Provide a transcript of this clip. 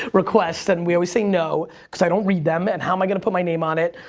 requests. and we always say no, cause i don't read them, and how am i gonna put my name on it.